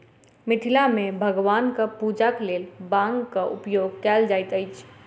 मिथिला मे भगवानक पूजाक लेल बांगक उपयोग कयल जाइत अछि